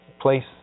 place